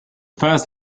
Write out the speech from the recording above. first